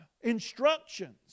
instructions